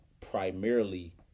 primarily